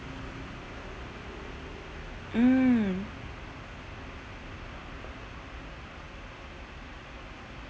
mm